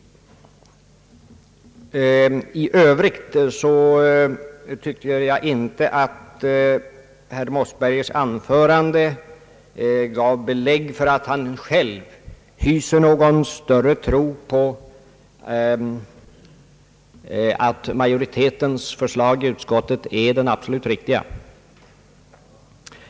I övrigt tycker jag inte att herr Mossbergers anförande gav belägg för att han själv hyser någon större tro på att utskottsmajoritetens förslag är det absolut riktiga.